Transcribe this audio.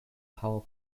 power